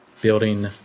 building